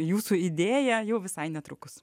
jūsų idėją jau visai netrukus